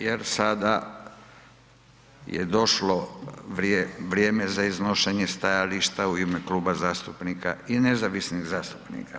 Jer sada je došlo vrijeme za iznošenje stajališta u ime Kluba zastupnika i nezavisnih zastupnika.